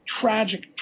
tragic